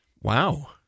Wow